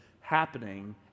happening